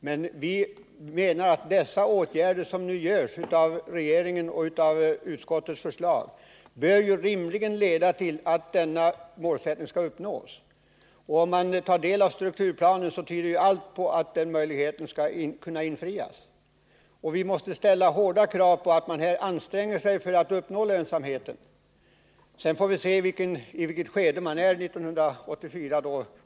Men vi menar att de åtgärder som enligt utskottets förslag skall vidtas av Nr 164 regeringen rimligen bör leda till att detta mål skall kunna uppnås. Om man Torsdagen den tar del av strukturplanen, finner man att allt tyder på att den förväntningen 5 juni 1980 skall kunna infrias. Vi måste ställa hårda krav på att man här anstränger sig för att uppnå lönsamhet; sedan får vi se i vilket läge man är 1984.